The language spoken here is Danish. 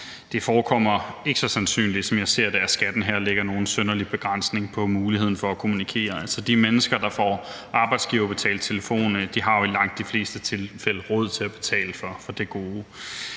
det forekommer ikke så sandsynligt, som jeg ser det, at skatten her lægger nogen synderlig begrænsning på muligheden for at kommunikere. Altså, de mennesker, der får arbejdsgiverbetalt telefon, har jo i langt de fleste tilfælde råd til at betale for det gode.